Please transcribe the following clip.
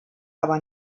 aber